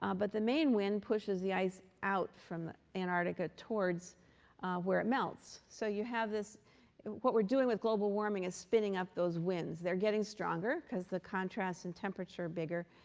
but the main wind pushes the ice out from antarctica towards where it melts. so you have this what we're doing with global warming is spinning up those winds. they're getting stronger because the contrast in temperature are bigger.